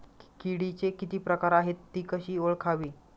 किडीचे किती प्रकार आहेत? ति कशी ओळखावी?